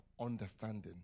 understanding